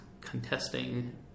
contesting